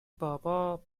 بابا